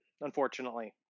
unfortunately